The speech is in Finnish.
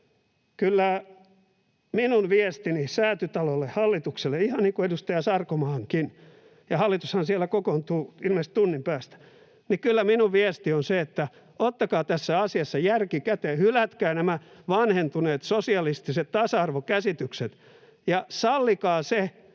Sarkomaankin viesti, Säätytalolle hallitukselle — ja hallitushan siellä kokoontuu ilmeisesti tunnin päästä — on se, että ottakaa tässä asiassa järki käteen. Hylätkää nämä vanhentuneet sosialistiset tasa-arvokäsitykset ja sallikaa se,